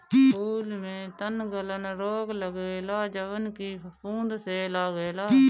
फूल में तनगलन रोग लगेला जवन की फफूंद से लागेला